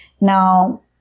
now